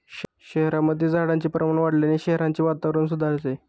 शहरांमध्ये झाडांचे प्रमाण वाढवल्याने शहराचे वातावरण सुधारते